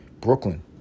Brooklyn